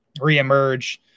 reemerge